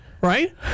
Right